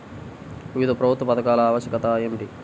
వివిధ ప్రభుత్వ పథకాల ఆవశ్యకత ఏమిటీ?